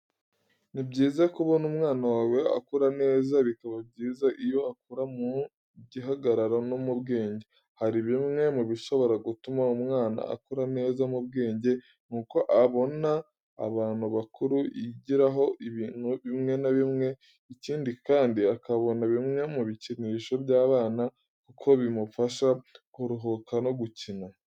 Ni byiza kubona umwana wawe akura neza, bikaba byiza iyo akura mu gihagararo no mu bwenge. Hari bimwe mu bishobora gutuma umwana akura neza mu bwenge, nuko abona abantu bakuru yigiraho ibintu bimwe na bimwe, ikindi kandi akabona bimwe mu bikinisho by'abana kuko bimufasha kuruhuka no gukina.